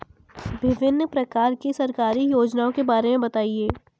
विभिन्न प्रकार की सरकारी योजनाओं के बारे में बताइए?